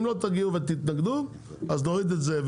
אם לא תגיעו ותתנגדו, אז נוריד את זה.